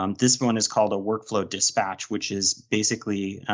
um this one is called a workflow dispatch, which is basically,